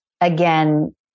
again